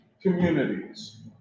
communities